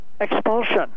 expulsion